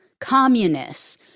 communists